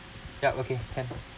yup working can